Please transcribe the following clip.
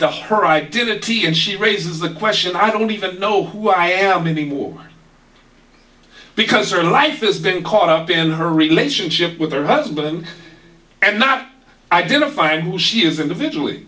the her identity and she raises the question i don't even know who i am anymore because her life has been caught up in her relationship with her husband and not identifying who she is